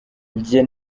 jye